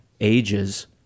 ages